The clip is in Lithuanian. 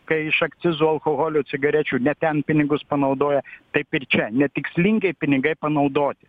kai iš akcizo alkoholio cigarečių ne ten pinigus panaudoja taip ir čia ne tikslingai pinigai panaudoti